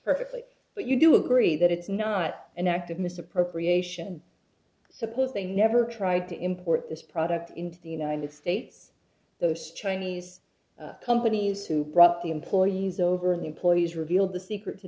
perfectly but you do agree that it's not an act of misappropriation suppose they never tried to import this product into the united states those chinese companies who brought the employees over the employees revealed the secret to